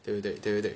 对不对对不对